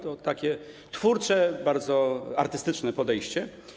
To takie twórcze, bardzo artystyczne podejście.